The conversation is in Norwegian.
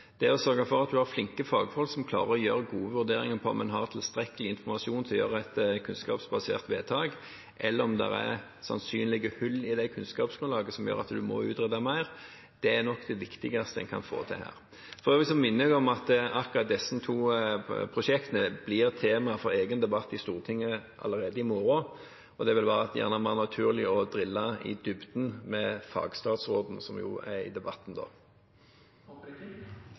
Det å sørge for at vi har flinke fagfolk som klarer å gjøre gode vurderinger av om en har tilstrekkelig informasjon til å gjøre et kunnskapsbasert vedtak, eller om det er sannsynlige hull i det kunnskapsgrunnlaget som gjør at en må utrede mer, er nok det viktigste en kan få til her. For øvrig minner jeg om at akkurat disse to prosjektene blir tema for en egen debatt i Stortinget allerede i morgen, og det vil gjerne være mer naturlig å drille i dybden med fagstatsråden, som jo er i debatten da.